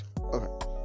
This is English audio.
okay